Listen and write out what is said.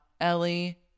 Ellie